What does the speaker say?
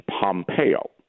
Pompeo